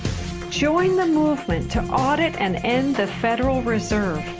join the movement to audit and end the federal reserve.